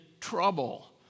trouble